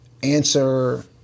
answer